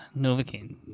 Novocaine